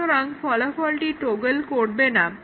সুতরাং ফলাফলটি টগল করবে না